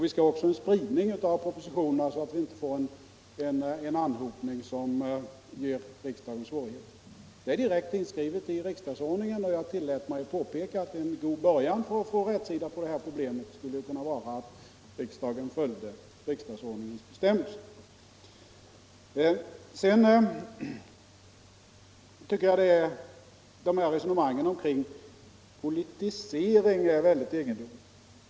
Vi skall också ha en spridning av propositionerna så att vi inte får en anhopning som ger riksdagen svårigheter. Detta är direkt inskrivet i riksdagsordningen. Jag tillät mig påpeka att en god början när det gäller att få rätsida på problemet skulle kunna vara att regeringen följde riksdagsordningens bestämmelser. Sedan tycker jag att de här resonemangen kring politisering är mycket egendomliga.